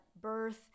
birth